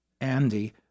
Andy